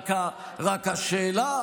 רק השאלה,